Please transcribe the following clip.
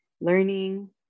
learning